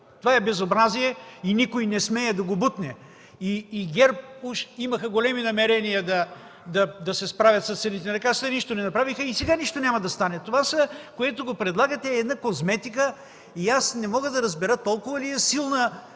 Това е безобразие! И никой не смее да го бутне! И ГЕРБ уж имаха големи намерения да се справят с цените на лекарствата и нищо не направиха. И сега нищо няма да стане. Това, което предлагате, е една козметика. Аз не мога да разбера толкова ли е силна